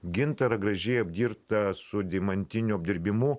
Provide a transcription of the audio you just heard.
gintarą gražiai apdirbtą su deimantiniu apdirbimu